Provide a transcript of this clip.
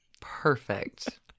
Perfect